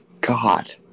god